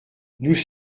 nous